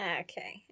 okay